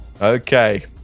Okay